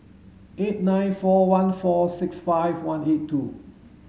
eight nine four one four six five one eight two